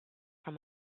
from